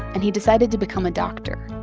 and he decided to become a doctor.